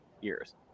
years